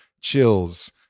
chills